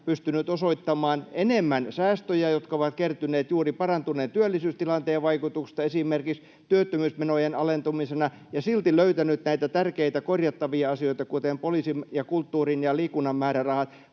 pystynyt osoittamaan enemmän säästöjä, jotka ovat kertyneet juuri parantuneen työllisyystilanteen vaikutuksesta esimerkiksi työttömyysmenojen alentumisena, ja silti löytänyt näitä tärkeitä korjattavia asioita, kuten poliisin ja kulttuurin ja liikunnan määrärahat,